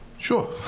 Sure